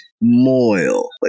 moil